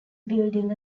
building